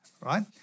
right